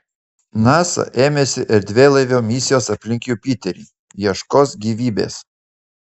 nasa ėmėsi erdvėlaivio misijos aplink jupiterį ieškos gyvybės